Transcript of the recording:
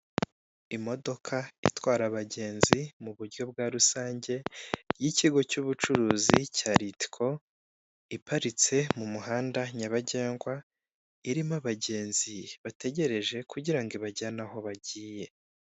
Imodoka itwara abagenzi mu buryo bwa rusange y'ikigo cy'ubucuruzi cya ritiko, iparitse mu muhanda nyabagendwa irimo abagenzi bategereje kugira ngo ibajyane aho bagiye.